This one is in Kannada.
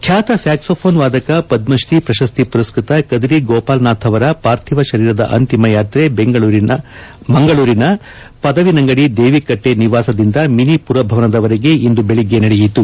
ಖ್ಯಾತ ಸ್ಯಾಕ್ಪೋಫೋನ್ ವಾದಕ ಪದ್ಮಶ್ರೀ ಪ್ರಶಸ್ತಿ ಪುರಸ್ಕೃತ ಕದ್ರಿ ಗೋಪಾಲನಾಥ್ ಅವರ ಪಾರ್ಥಿವ ಶರೀರದ ಅಂತಿಮ ಯಾತ್ರೆ ಮಂಗಳೂರಿನ ಪದವಿನಂಗದಿ ದೇವಿಕಟ್ಟೆ ನಿವಾಸದಿಂದ ಮಿನಿ ಪುರಭವನದವರೆಗೆ ಇಂದು ಬೆಳಿಗ್ಗೆ ನಡೆಯಿತು